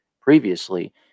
previously